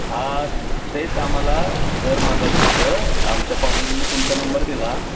हा तेच आम्हाला घर बांधायचं होतं आमच्या पाहुण्यांनी तुमचा नंबर दिला